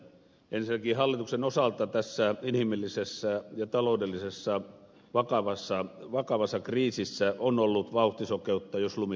ensinnäkin hallituksen osalta tässä inhimillisessä taloudellisessa ja vakavassa kriisissä on ollut vauhtisokeutta jos lumisokeuttakin